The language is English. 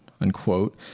unquote